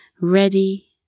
ready